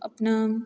ਆਪਣਾ